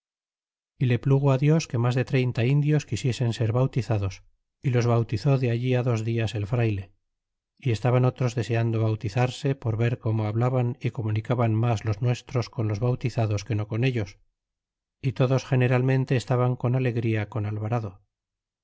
y le pingó dios que mas de treinta indios quisiesen ser bautizados e los bautizó de allí dos dias el frayle é estaban otros deseando bautizarse por ver como hablaban é comunicaban mas los nuestros con los bautizados que no con ellos é todos generalmente estaban con alegría con